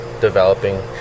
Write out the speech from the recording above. developing